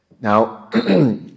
Now